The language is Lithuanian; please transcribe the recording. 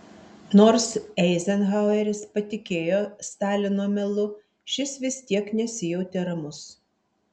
nors eizenhaueris patikėjo stalino melu šis vis tiek nesijautė ramus